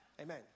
Amen